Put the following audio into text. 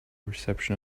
reception